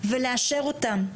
ולאשר אותן.